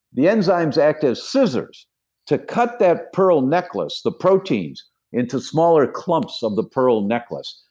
the enzymes act as scissors to cut that pearl necklace, the proteins into smaller clamps of the pearl necklace,